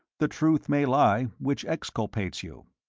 the truth may lie which exculpates you.